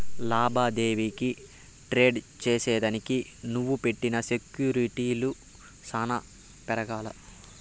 లాభానికి ట్రేడ్ చేసిదానికి నువ్వు పెట్టిన సెక్యూర్టీలు సాన పెరగాల్ల